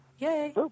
Yay